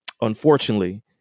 unfortunately